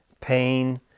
Pain